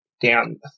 down